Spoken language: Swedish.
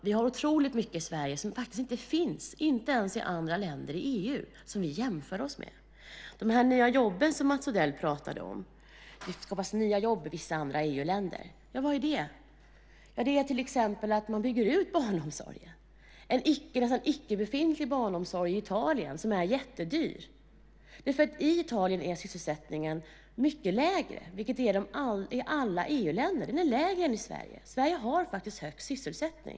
Vi har otroligt mycket i Sverige som inte finns i andra länder i EU som vi jämför oss med. Mats Odell pratade om de nya jobben, som skapas i vissa andra EU-länder. Vad är det? Det är till exempel att man bygger ut barnomsorgen från en icke befintlig barnomsorg i Italien som är jättedyr. I Italien är sysselsättningen mycket lägre än i Sverige, vilket den också är i alla andra EU-länder. Sverige har högst sysselsättning.